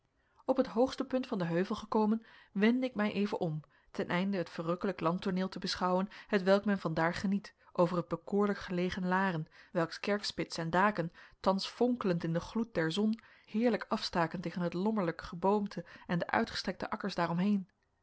op het hoogste punt van den heuvel gekomen wendde ik mij even om ten einde het verrukkelijk landtooneel te beschouwen hetwelk men van daar geniet over het bekoorlijk gelegen laren welks kerkspits en daken thans fonkelend in den gloed der zon heerlijk afstaken tegen het lommerlijk geboomte en de uitgestrekte akkers